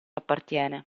appartiene